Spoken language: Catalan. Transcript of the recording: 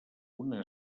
una